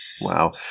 Wow